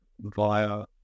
via